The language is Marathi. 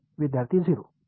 विद्यार्थी 0